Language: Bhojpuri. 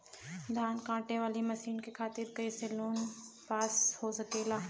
धान कांटेवाली मशीन के खातीर कैसे लोन पास हो सकेला?